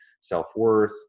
self-worth